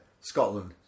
scotland